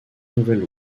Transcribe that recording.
nouvelle